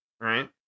right